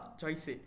choice